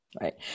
Right